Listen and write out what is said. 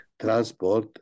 transport